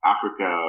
Africa